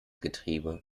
getriebe